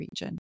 region